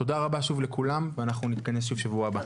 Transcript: תודה רבה שוב לכולם, ונתכנס שוב שבוע הבא.